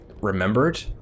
remembered